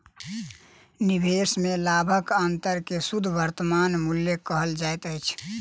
निवेश में लाभक अंतर के शुद्ध वर्तमान मूल्य कहल जाइत अछि